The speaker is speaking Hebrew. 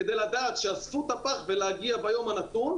כדי לדעת שאספו את הפח ולהגיע ביום הנתון,